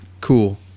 cool